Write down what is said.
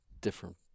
different